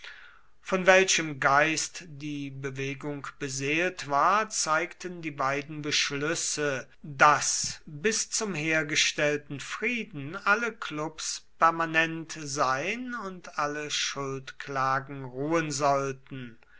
von welchem geist die bewegung beseelt war zeigten die beiden beschlüsse daß bis zum hergestellten frieden alle klubs permanent sein und alle schuldklagen ruhen sollten